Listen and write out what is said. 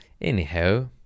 anyhow